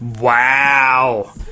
Wow